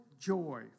joy